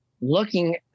looking